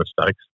mistakes